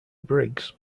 briggs